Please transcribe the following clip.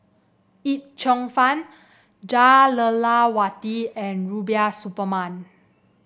Yip Cheong Fun Jah Lelawati and Rubiah Suparman